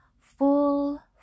Full